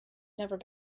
never